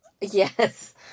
Yes